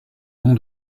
nom